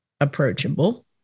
approachable